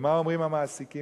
ומה אומרים המעסיקים?